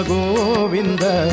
Govinda